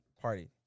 party